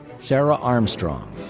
sarah armstrong.